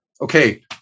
Okay